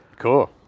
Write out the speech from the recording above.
Cool